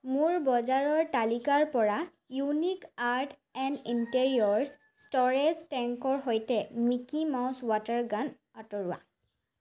মোৰ বজাৰৰ তালিকাৰ পৰা unique art and interiors storage টেংকৰ সৈতে মিকি মাউছ ৱাটাৰ গান আঁতৰোৱা